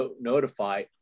notify